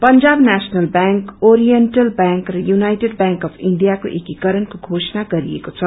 Punjab national bank oriental bank र united bank of India को एकीकरणको घोषणा गरीएको छ